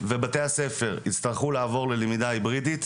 ובתי הספר יצטרכו לעבור ללמידה היברידית,